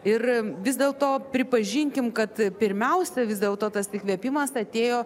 ir vis dėlto pripažinkim kad pirmiausia vis dėlto tas įkvėpimas atėjo